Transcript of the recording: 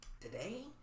Today